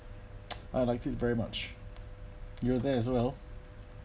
I liked it very much you're there as well